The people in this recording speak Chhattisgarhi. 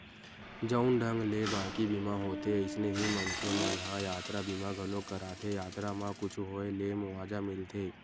जउन ढंग ले बाकी बीमा होथे अइसने ही मनखे मन ह यातरा बीमा घलोक कराथे यातरा म कुछु होय ले मुवाजा मिलथे